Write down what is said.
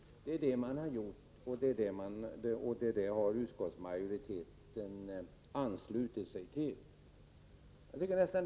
Det har regeringen gjort, och utskottsmajoriteten har anslutit sig till regeringens förslag.